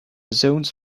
zones